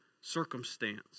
circumstance